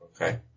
Okay